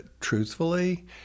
truthfully